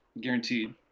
guaranteed